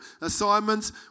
assignments